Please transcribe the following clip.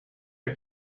are